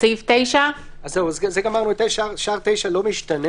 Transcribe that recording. סעיף 9. גמרנו את 9. שאר 9 לא משתנה.